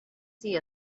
see